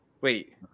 Wait